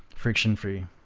friction free